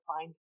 find